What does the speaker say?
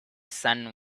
sun